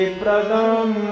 pradam